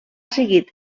seguit